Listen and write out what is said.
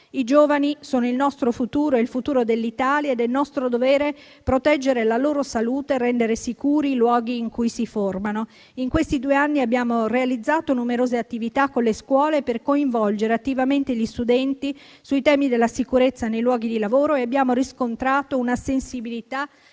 I giovani sono il nostro futuro e il futuro dell'Italia ed è nostro dovere proteggere la loro salute e rendere sicuri i luoghi in cui si formano. In questi due anni abbiamo realizzato numerose attività con le scuole per coinvolgere attivamente gli studenti sui temi della sicurezza nei luoghi di lavoro e abbiamo riscontrato una sensibilità